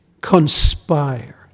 conspire